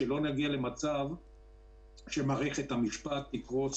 כדי שלא נגיע למצב שמערכת המשפט תקרוס,